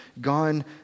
gone